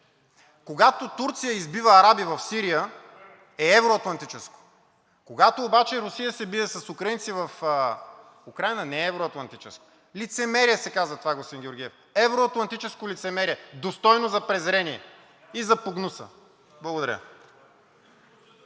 Когато Турция избива араби в Сирия, е евро-атлантическо. Когато обаче Русия се бие с украинци в Украйна, не е евро-атлантическо. Лицемерие се казва това, господин Георгиев! Евро-атлантическо лицемерие, достойно за презрение и за погнуса! Благодаря.